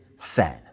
fan